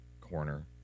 corner